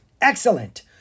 Excellent